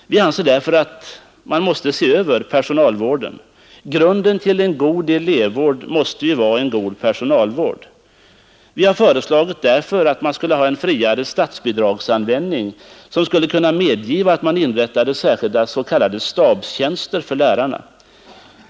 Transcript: Vi anser därför att man måste se över personalvården. Grunden till en god elevvård måste ju vara en god personalvård. Vi föreslår en friare statsbidragsanvändning som skulle kunna medge att man inrättade särskilda s.k. stabstjänster för lärare.